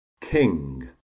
king